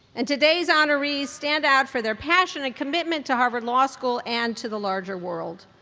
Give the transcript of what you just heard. and today's honorees stand out for their passion and commitment to harvard law school and to the larger world.